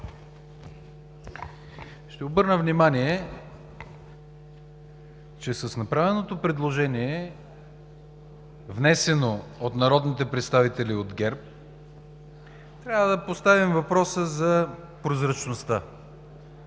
Ще обърна внимание, че с направеното предложение, внесено от народните представители от ГЕРБ, трябва да поставим въпроса за прозрачността